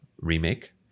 remake